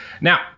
Now